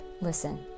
Listen